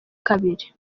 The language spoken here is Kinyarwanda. kabiri